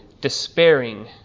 despairing